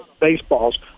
baseballs